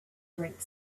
drank